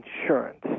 insurance